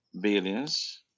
billions